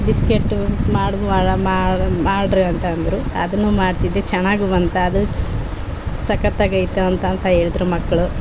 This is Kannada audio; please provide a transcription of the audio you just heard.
ಬಿಸ್ಕೆಟು ಮಾಡ್ದೆ ಅಲ್ಲ ಮಾಡ್ರಿ ಅಂತಂದರು ಅದನ್ನು ಮಾಡ್ತಿದ್ದೆ ಚೆನ್ನಾಗು ಬಂತು ಅದು ಸಕ್ಕತ್ ಆಗೈತೆ ಅಂತಂತ ಹೇಳಿತ್ರು ಮಕ್ಕಳು